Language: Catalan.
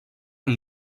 amb